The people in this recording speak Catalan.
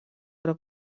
però